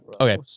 Okay